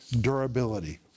durability